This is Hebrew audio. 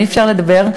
עם מי אפשר לדבר.